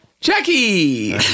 Jackie